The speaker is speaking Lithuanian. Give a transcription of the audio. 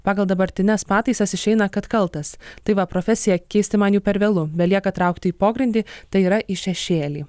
pagal dabartines pataisas išeina kad kaltas tai va profesiją keisti man jau per vėlu belieka traukti į pogrindį tai yra į šešėlį